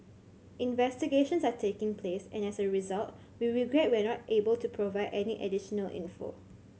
investigations are taking place and as a result we regret we are not able to provide any additional info